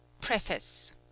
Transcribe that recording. Preface